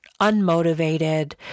unmotivated